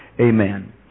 amen